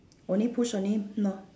only push only not